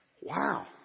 Wow